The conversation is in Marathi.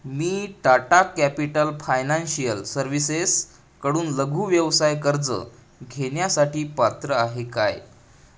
मी टाटा कॅपिटल फायनान्शियल सर्व्हिसेस कडून लघु व्यवसाय कर्ज घेण्यासाठी पात्र आहे काय